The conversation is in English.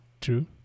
True